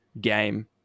game